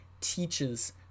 teaches